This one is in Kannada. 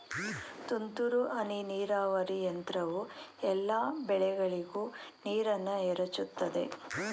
ತುಂತುರು ಹನಿ ನೀರಾವರಿ ಯಂತ್ರವು ಎಲ್ಲಾ ಬೆಳೆಗಳಿಗೂ ನೀರನ್ನ ಎರಚುತದೆ